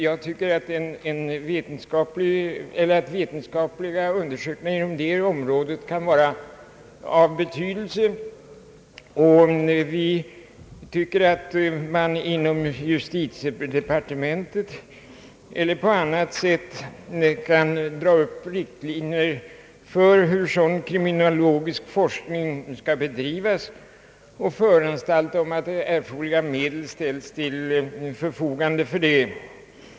Jag anser att vetenskapliga undersökningar inom detta område måste vara av stor betydelse. Vi tycker att man inom justitiedepartementet eller på annat sätt bör dra upp riktlinjerna för hur sådan kriminologisk forskning skall bedrivas och föranstalta om erforderliga medel till den.